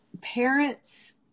parents